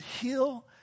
heal